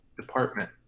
department